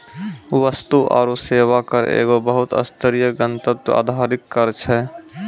वस्तु आरु सेवा कर एगो बहु स्तरीय, गंतव्य आधारित कर छै